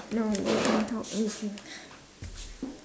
no we can talk anything